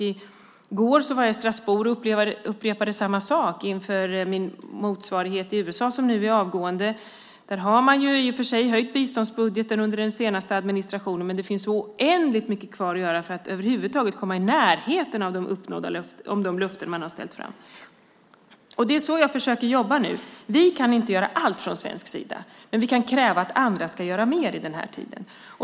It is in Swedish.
I går var jag i Strasbourg och upprepade samma sak inför min motsvarighet i USA som nu är avgående. Där har man i och för sig ökat biståndsbudgeten under den senaste administrationen, men det finns oändligt mycket kvar att göra för att över huvud taget komma i närheten av det man ställt fram i sina löften. Det är så jag försöker jobba nu. Vi kan inte göra allt från svensk sida, men vi kan kräva att andra ska göra mer.